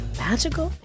magical